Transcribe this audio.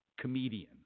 comedian